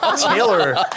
Taylor